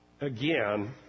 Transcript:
again